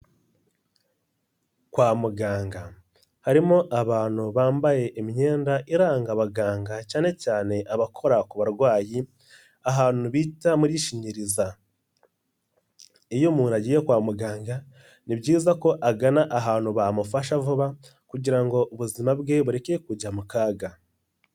Kwa muganga harimo abantu bambaye imyenda iranga abaganga cyane cyane abakora ku barwayi, ahantu bita muri shinyiriza, iyo umuntu agiye kwa muganga ni byiza ko agana ahantu bamufasha vuba kugira ngo ubuzima bwe bureke kujya mu kaga.